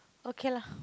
okay lah